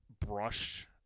brush